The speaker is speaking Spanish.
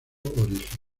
origen